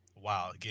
Wow